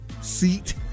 seat